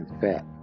fat